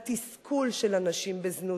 התסכול של הנשים בזנות,